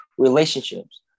relationships